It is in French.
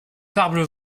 parbleu